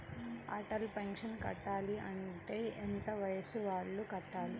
Atal pension కట్టాలి అంటే ఎంత వయసు వాళ్ళు కట్టాలి?